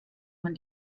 man